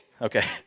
Okay